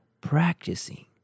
practicing